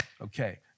okay